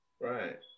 Right